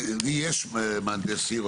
יש מהנדס עיר,